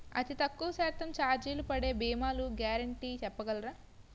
అతి తక్కువ శాతం ఛార్జీలు పడే భీమాలు గ్యారంటీ చెప్పగలరా?